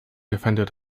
defended